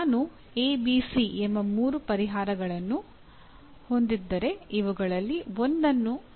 ನಾನು A B C ಎಂಬ ಮೂರು ಪರಿಹಾರಗಳನ್ನು ಹೊಂದಿದ್ದರೆ ಇವುಗಳಲ್ಲಿ ಒಂದನ್ನು ನಾನು ಆಯ್ಕೆ ಮಾಡಬಹುದೇ